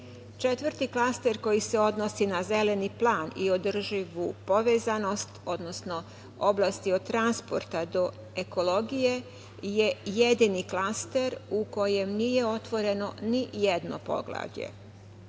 mediji. Četvrti klaster koji se odnosi na Zeleni plan i održivu povezanost, odnosno oblasti od transporta do ekologije, je jedini klaster u kojem nije otvoreno ni jedno